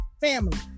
family